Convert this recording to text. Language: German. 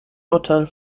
urteil